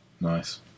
Nice